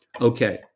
okay